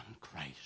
Christ